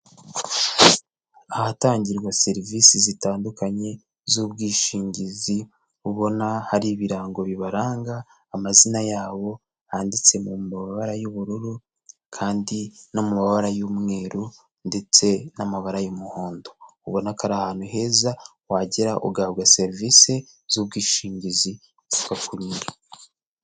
Ahatangirwa serivisi zitandukanye z'ubwishingizi ubona hari ibirango bibaranga amazina yabo yanditse mu mabara y'ubururu kandi no mu mabara y'umweru ndetse n'amabara y'umuhondo, ubona ko ari ahantu heza wagera ugahabwa serivisi z'ubwishingizi zigakururuka.